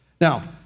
Now